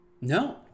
No